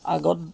আগত